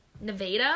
Nevada